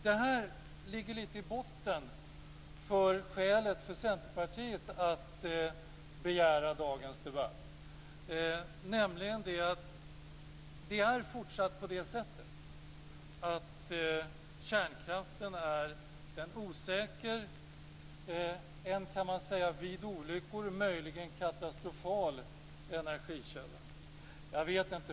Detta ligger i botten för Centerpartiets skäl att begära dagens debatt. Kärnkraften är fortfarande en osäker och en vid olyckor möjligen katastrofal energikälla.